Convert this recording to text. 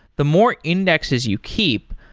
the more indexes you keep,